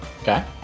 okay